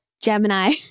Gemini